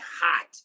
hot